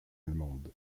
allemande